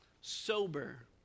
sober